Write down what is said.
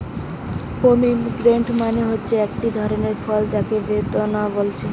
pomegranate মানে হচ্ছে একটা ধরণের ফল যাকে বেদানা বলছে